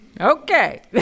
Okay